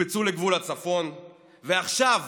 הוקפצו לגבול הצפון ועכשיו